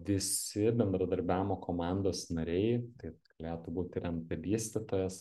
visi bendradarbiavimo komandos nariai tai galėtų būt ir nt vystytojas